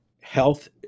health